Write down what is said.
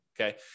okay